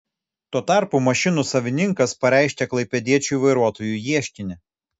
tuo tarpu mašinų savininkas pareiškė klaipėdiečiui vairuotojui ieškinį